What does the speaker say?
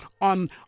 on